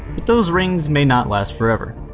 but those rings may not last forever.